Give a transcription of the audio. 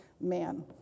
man